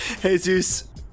Jesus